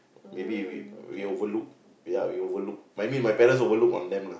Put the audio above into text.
maybe we we overlook ya we overlook maybe my parents overlook on them lah